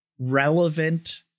relevant